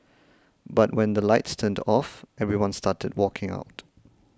but when the lights turned off everyone started walking out